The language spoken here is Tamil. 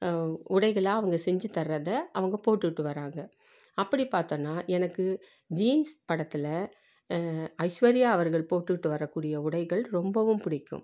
உடைகளை அவங்க செஞ்சு தர்றதை அவங்க போட்டுட்டு வர்றாங்க அப்படி பார்த்தோம்னா எனக்கு ஜீன்ஸ் படத்தில் ஐஸ்வர்யா அவர்கள் போட்டுட்டு வரக்கூடிய உடைகள் ரொம்பவும் பிடிக்கும்